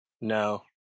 No